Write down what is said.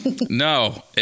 No